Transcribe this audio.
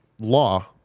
law